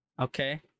Okay